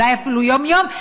אולי אפילו יום-יום,